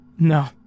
No